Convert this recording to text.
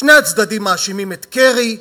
שני הצדדים מאשימים את קרי,